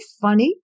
funny